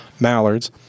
mallards